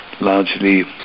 largely